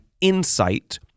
insight